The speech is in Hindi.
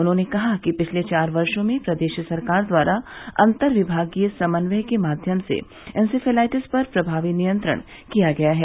उन्होंने कहा कि पिछले चार वर्षो में प्रदेश सरकार द्वारा अन्तर विभागीय समन्वय के माध्यम से इसेफेलाइटिस पर प्रभावी नियंत्रण किया गया है